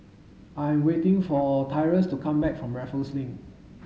I'm waiting for Tyrus to come back from Raffles Link